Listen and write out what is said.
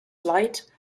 slight